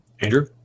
Andrew